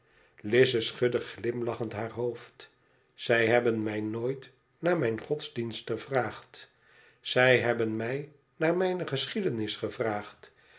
lize schudde glimlachend haar hoofa zij hebben mij nooit naar mijn godsdienst gevraagd zij hebben mij naar mijne geschiedenis gevraagd